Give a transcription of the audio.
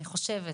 אני חושבת,